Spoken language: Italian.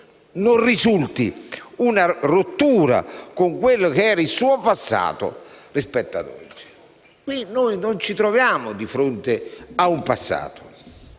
non risulti una rottura con quello che era il suo passato rispetto ad oggi. Qui noi non ci troviamo di fronte a una